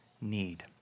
need